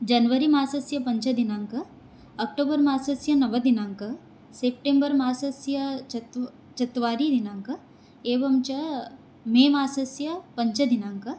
जन्वरिमासस्य पञ्चमदिनाङ्कः अक्टोबर्मासस्य नवमदिनाङ्कः सेप्टेम्बर्मासस्य चत्व् चत्वारिदिनाङ्कः एवं च मेमासस्य पञ्चमदिनाङ्कः